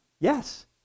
Yes